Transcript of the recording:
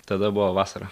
tada buvo vasara